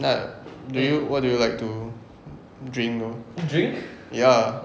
like do you what do you like to drink though